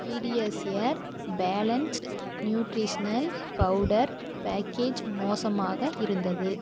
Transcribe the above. PediaSure balanced nutritional powder package மோசமாக இருந்தது